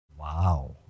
Wow